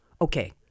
Okay